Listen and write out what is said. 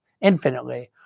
infinitely